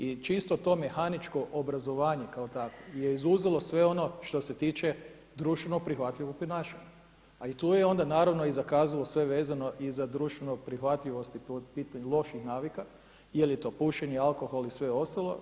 I čisto to mehaničko obrazovanje kao takvo je izuzelo sve ono što se tiče društveno prihvatljivog ponašanja, a tu je onda naravno i zakazalo sve vezano i za društvenu prihvatljivost po pitanju loših navika je li to pušenje, alkohol i sve ostalo.